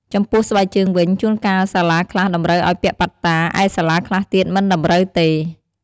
ចំំពោះ ស្បែកជើងវិញ ជួនកាលសាលាខ្លះ តម្រូវឲ្យពាក់ប៉ាតតា ឯសាលាខ្លះទៀត មិនតម្រូវទេ។